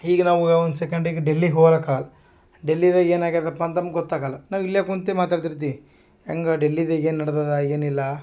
ಈಗ ನಾವು ಒಂದು ಸೆಕೆಂಡಿಗೆ ಡೆಲ್ಲಿಗೆ ಹೋಗೋಕಾಗಲ್ ಡೆಲ್ಲಿದಾಗ್ ಏನು ಆಗಿದ್ಯಪ್ಪ ಅಂತ ನಮ್ಗೆ ಗೊತ್ತಾಗೋಲ್ಲ ನಾವು ಇಲ್ಲೇ ಕೂತೆ ಮಾತಾಡ್ತಿರ್ತೀವಿ ಹೆಂಗೆ ಡೆಲ್ಲಿದಾಗೇನ್ ನಡ್ದದೆ ಏನಿಲ್ಲ